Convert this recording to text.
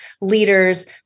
leaders